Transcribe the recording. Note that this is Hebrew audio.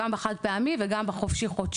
גם בחד פעמי וגם בחופשי-חודשי,